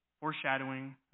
foreshadowing